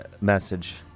message